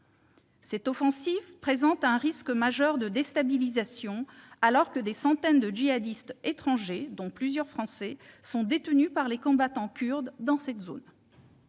Cette offensive présente un risque majeur de déstabilisation, alors que des centaines de djihadistes étrangers, dont plusieurs Français, sont détenues par les combattants kurdes dans cette zone.